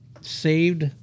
saved